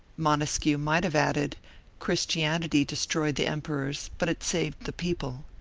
montesquieu might have added christianity destroyed the emperors but it saved the people.